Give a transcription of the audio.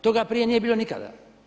Toga prije nije bilo nikada.